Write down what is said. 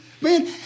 Man